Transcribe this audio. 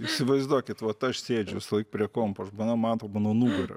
įsivaizduokit vat aš sėdžiu visąlaik prie kompo žmona mato mano nugarą